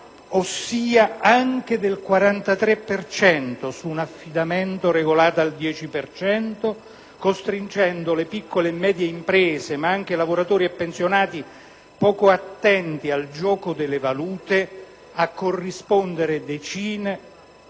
(ossia anche del 43 per cento su un affidamento regolato al 10 per cento) costringendo le piccole e medie imprese ma anche lavoratori e pensionati poco attenti al gioco delle valute, a corrispondere decine,